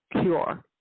cure